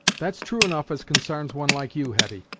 that's true enough as consarns one like you, hetty,